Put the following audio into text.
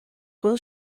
bhfuil